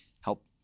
help